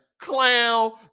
Clown